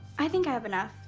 i think i have enough.